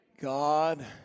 God